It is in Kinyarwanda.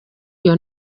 iyo